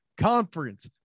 Conference